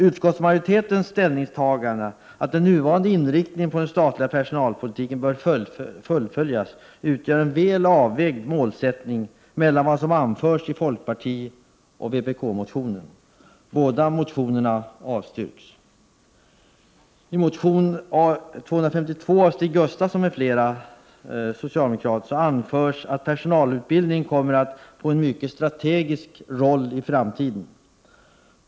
Utskottsmajoritetens ställningstagande, att den nuvarande inriktningen på den statliga personalpolitiken bör fullföljas, utgör en väl avvägd målsätt I motion 1987/88:A252 av Stig Gustafsson m.fl. socialdemokrater anförs att personalutbildningen kommer att få en mycket strategisk roll i framtiden.